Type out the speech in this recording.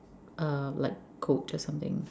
uh like coat or something